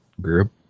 group